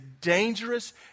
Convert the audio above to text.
dangerous